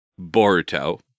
Boruto